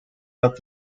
out